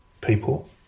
people